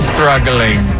Struggling